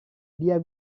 dia